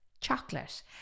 chocolate